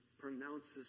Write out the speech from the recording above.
pronounces